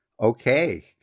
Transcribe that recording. Okay